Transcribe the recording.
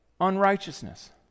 unrighteousness